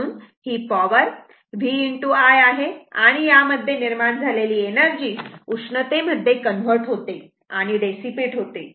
म्हणून ही power v i आहे आणि यामध्ये निर्माण झालेली एनर्जी उष्णते मध्ये कन्वर्ट होते आणि डेसिपेट होते